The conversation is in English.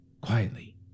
quietly